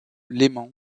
leyment